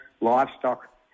livestock